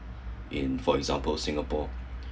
in for example singapore